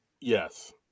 Yes